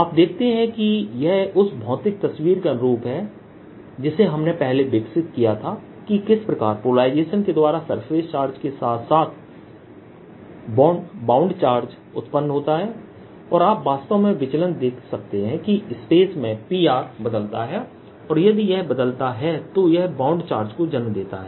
आप देखते हैं कि यह उस भौतिक तस्वीर के अनुरूप है जिसे हमने पहले विकसित किया था कि किस प्रकार पोलराइजेशन के द्वारा सरफेस चार्ज के साथ साथ बॉन्ड चार्ज उत्पन्न होता है और आप वास्तव में विचलन देख सकते हैं कि स्पेस में P बदलता है और यदि यह बदलता है तो यह बाउंड चार्ज को जन्म देता है